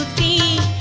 be